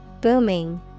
Booming